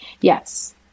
Yes